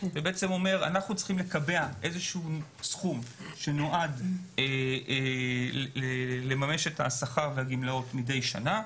אנחנו צריכים לקבע סכום מסוים שנועד לממש את השכר והגמלאות מידי שנה,